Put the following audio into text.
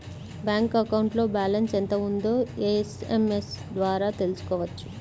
bank అకౌంట్లో balance ఎంత ఉందో ఎస్ఎంఎస్ ద్వారా తెలుసుకోవచ్చు